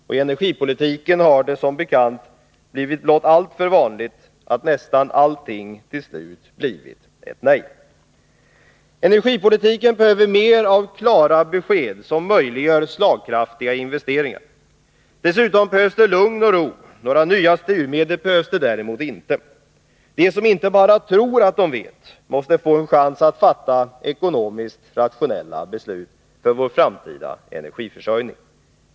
Och i energipolitiken har det som bekant blivit blott alltför vanligt att nästan allting till slut blivit ett nej. Energipolitiken behöver mer av klara besked som möjliggör slagkraftiga investeringar. Dessutom behövs det lugn och ro. Några nya styrmedel behövs det däremot inte. De som inte bara tror att de vet måste få en chans att fatta ekonomiskt rationella beslut för vår framtida energiförsörjning.